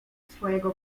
swego